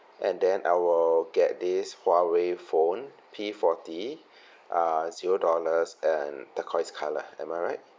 and then I will get this Huawei phone P forty uh zero dollars and turquoise colour am I right